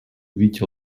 увидеть